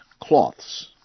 cloths